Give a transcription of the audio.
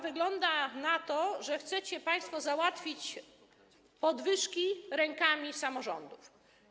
Wygląda na to, że chcecie państwo wprowadzić podwyżki rękami samorządów.